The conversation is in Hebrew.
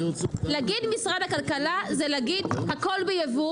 להגיד משרד הכלכלה זה להגיד הכל ביבוא,